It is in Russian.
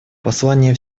послание